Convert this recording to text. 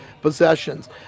possessions